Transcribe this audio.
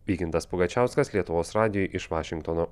vykintas pugačiauskas lietuvos radijui iš vašingtono